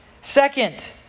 Second